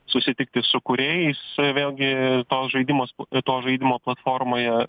susitikti su kūrėjais vėlgi toks žaidimas to žaidimo platformoje